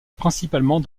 principalement